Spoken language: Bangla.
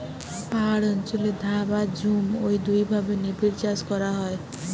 পাহাড় অঞ্চলে ধাপ আর ঝুম ঔ দুইভাবে নিবিড়চাষ করা হয়